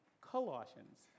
Colossians